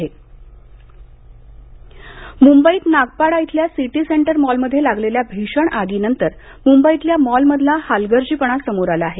हलगर्जीपणा मुंबईत नागपाडा इथल्या सिटी सेंटर मॉलमध्ये लागलेल्या भीषण आगीनंतर मूंबईतल्या मॉलमधला हलगर्जीपणा समोर आला आहे